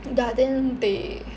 ya then they